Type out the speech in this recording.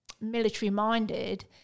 military-minded